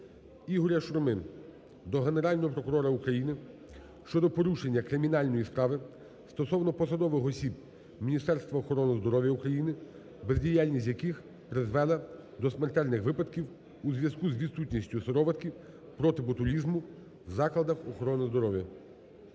Ігоря Шурми до Генерального прокурора України щодо порушення кримінальної справи стосовно посадових осіб Міністерства охорони здоров'я України, бездіяльність яких призвела до смертельних випадків у зв'язку з відсутністю сироватки проти ботулізму в закладах охорони здоров'я.